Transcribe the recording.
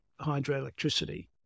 hydroelectricity